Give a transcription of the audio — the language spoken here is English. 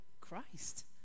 Christ